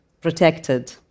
protected